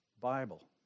Bible